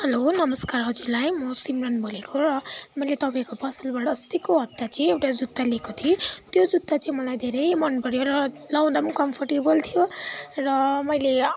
hello नमस्कार हजुरलाई मो सिमरन बोलेको र मैले तपाईँको पसलबाट अस्तिको हप्ता चाहिँ एउटा जुत्ता ल्याएको थिएँ त्यो जुत्ता चाहिँ मलाई धेरै मन पऱ्यो र लाउँदा पनि कमफर्टेबल थियो र मैले